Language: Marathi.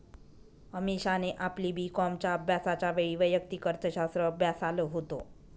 अमीषाने आपली बी कॉमच्या अभ्यासाच्या वेळी वैयक्तिक अर्थशास्त्र अभ्यासाल होत